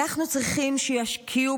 אנחנו צריכים שישקיעו